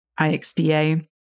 IXDA